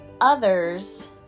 others